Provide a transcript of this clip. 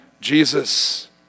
Jesus